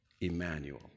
Emmanuel